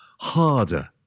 harder